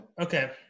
Okay